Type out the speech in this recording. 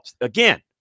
again